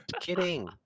Kidding